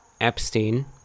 Epstein